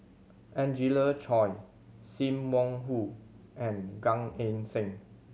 Angelina Choy Sim Wong Hoo and Gan Eng Seng